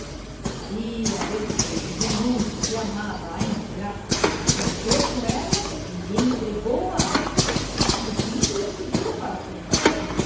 e a despeito do muito que amava à ingrata rompeu com ela e entregou-a à mãe fugindo em seguida para são paulo